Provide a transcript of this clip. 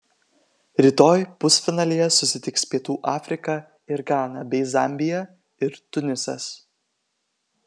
rytoj pusfinalyje susitiks pietų afrika ir gana bei zambija ir tunisas